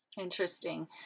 Interesting